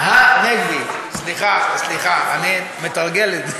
הנגבי, סליחה, סליחה, אני מתרגל את זה: